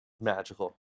magical